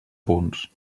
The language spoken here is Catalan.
punts